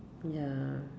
ya